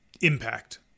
impact